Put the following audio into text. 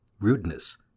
Rudeness